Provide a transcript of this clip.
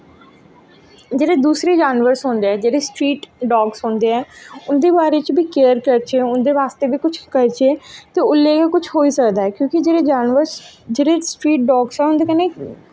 जेह्ड़े दूसरे जानवर होंदे ऐं स्ट्रीट डॉगस होंदे ऐं उंदे बास्ते बी केयर करचै उंदे बास्तै बी किश करचै ते उसलै गा कुश होई सकदा ऐ क्योंकि जेह्ड़े जानवर जेह्ड़े स्ट्रीट डाक्स ऐं उंदे कन्नैं